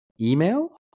email